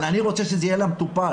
אבל אני רוצה שזה יהיה למטופל,